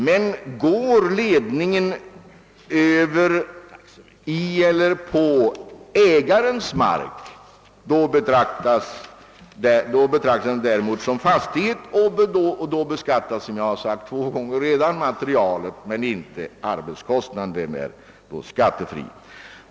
Men går ledningen över, i eller på ägarens mark betraktas den som fastighet och då beskattas alltså materialet men inte arbetskostnaden.